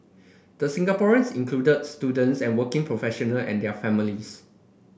the Singaporeans included students and working professional and their families